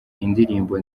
indirimbo